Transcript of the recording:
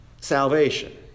salvation